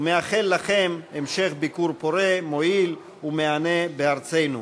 ומאחל לכם ביקור פורה, מועיל ומהנה בארצנו.